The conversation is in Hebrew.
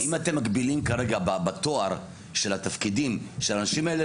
אם אתם מגבילים כרגע בתואר של התפקידים של האנשים האלה,